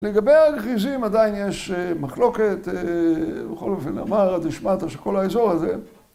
לגבי הר גריזים עדיין יש מחלוקת, בכל אופן אמרת ששמעת שכל האזור הזה